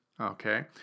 Okay